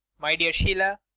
my dear sheila,